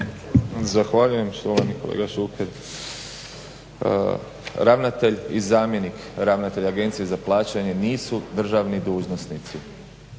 Zahvaljujem štovani kolega Šuker. Ravnatelj i zamjenik ravnatelja Agencije za plaćanje nisu državni dužnosnici,